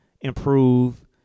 improve